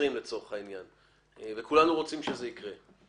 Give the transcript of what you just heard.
לצורך העניין, פי 20. כולנו רוצים שזה יקרה.